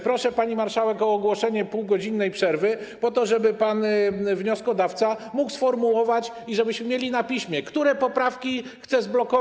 Proszę, pani marszałek, o ogłoszenie półgodzinnej przerwy, po to żeby pan wnioskodawca mógł to sformułować i żebyśmy mieli na piśmie, które poprawki chce zblokować.